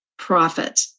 Profit